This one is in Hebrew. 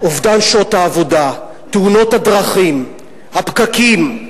אובדן שעות העבודה, תאונות הדרכים, הפקקים,